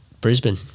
Brisbane